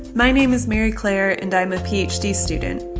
my name is mary claire, and i'm a ph d. student.